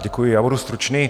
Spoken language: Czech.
Děkuji, já budu stručný.